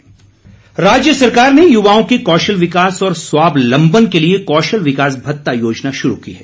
योजना राज्य सरकार ने युवाओं के कौशल विकास और स्वावलम्बन के लिए कौशल विकास भत्ता योजना शुरू की है